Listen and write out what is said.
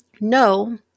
no